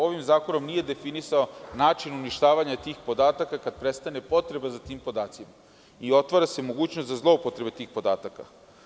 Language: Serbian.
Ovim zakonom nije nedefinisan način uništavanja tih podataka kada prestane potreba za tim podacima i time se otvara mogućnost za zloupotrebu tih podataka.